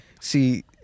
See